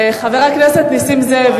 חבר הכנסת נסים זאב,